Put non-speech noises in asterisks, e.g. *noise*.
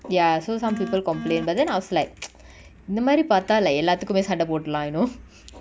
ya so some people complain but then I was like *noise* இந்தமாரி பாத்தா:inthamari paatha like எல்லாத்துக்குமே சண்ட போட்லா:ellathukume sanda potla you know *noise*